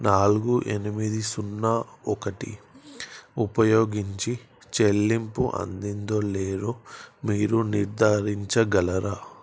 నాలుగు ఎనిమిది సున్నా ఒకటి ఉపయోగించి చెల్లింపు అందిందో లేదో మీరు నిర్ధారించగలరా